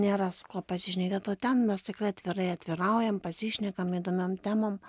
nėra su kuo pasišnekėt o ten mes tikrai atvirai atviraujam pasišnekam įdomiom temom